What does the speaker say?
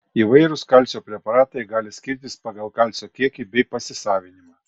įvairūs kalcio preparatai gali skirtis pagal kalcio kiekį bei pasisavinimą